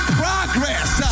progress